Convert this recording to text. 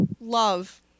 love